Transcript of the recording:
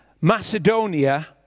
Macedonia